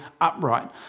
upright